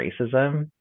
racism